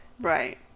Right